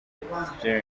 the